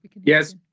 yes